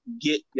get